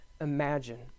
imagine